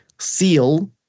Seal